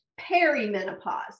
perimenopause